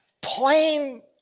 plain